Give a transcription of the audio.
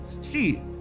See